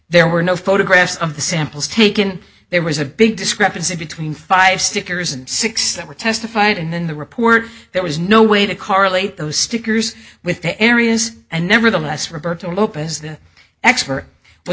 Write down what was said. there were no photographs of the samples taken there was a big discrepancy between five stickers and six that were testified in the report there was no way to correlate those stickers with the areas and nevertheless roberta lopez the expert was